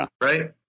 Right